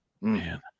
Man